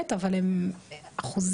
מערכות מידע בתוך ארגוני הממשלה,